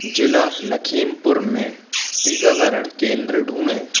जिला लखीमपुर में टीकाकरण केंद्र ढूँढें